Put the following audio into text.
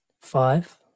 five